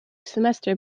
semester